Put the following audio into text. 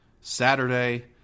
Saturday